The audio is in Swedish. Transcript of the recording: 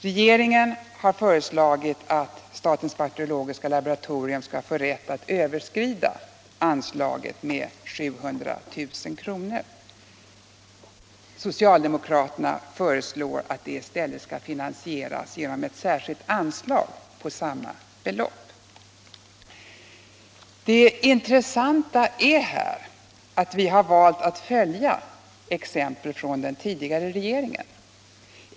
Regeringen har föreslagit att statens bakteriologiska laboratorium skall få rätt att överskrida anslaget med 700 000 kr. Socialdemokraterna föreslår att enheten i stället skall finansieras genom ett särskilt anslag på samma belopp. Det intressanta är här att vi har valt att följa exemplen från den tidigare regeringen.